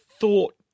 thought